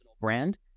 brand